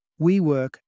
WeWork